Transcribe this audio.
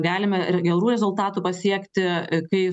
galime ir gerų rezultatų pasiekti kai